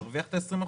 מרוויח 20%?